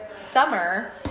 summer